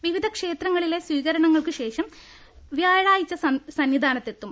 വിവിധ ക്ഷേത്രങ്ങളിലെ സ്വീകരണങ്ങൾക്കുശേഷം വ്യാഴാഴ്ച സന്നിധാനത്തെത്തും